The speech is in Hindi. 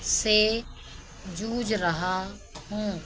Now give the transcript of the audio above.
से जूझ रहा हूँ